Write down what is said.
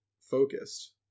focused